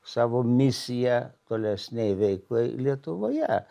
savo misija tolesnei veiklai lietuvoje